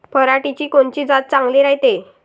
पऱ्हाटीची कोनची जात चांगली रायते?